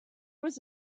was